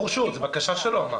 ברור, זו הבקשה שלו.